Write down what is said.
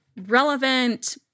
relevant